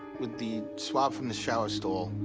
with the swab from the shower stall,